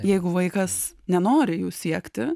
jeigu vaikas nenori jų siekti